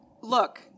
Look